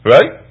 Right